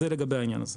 אז זה לגבי העניין הזה.